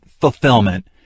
fulfillment